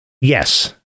Yes